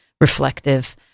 reflective